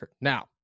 Now